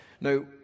Now